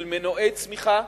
של מנועי צמיחה,